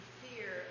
fear